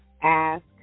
ask